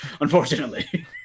unfortunately